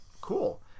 Cool